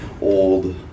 old